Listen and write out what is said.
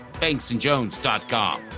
BanksandJones.com